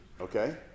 Okay